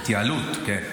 התייעלות, כן.